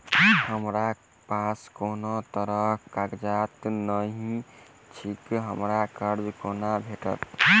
हमरा पास कोनो तरहक कागज नहि छैक हमरा कर्जा कोना भेटत?